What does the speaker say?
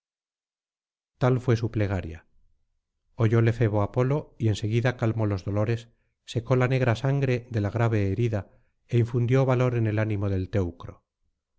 tal fué su plegaria oyóle febo apolo y en seguida calmó los dolores secó la negra sangre de la grave herida é infundió valor en el ánimo del